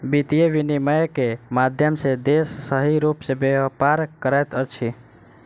वित्तीय विनियम के माध्यम सॅ देश सही रूप सॅ व्यापार करैत अछि